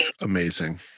amazing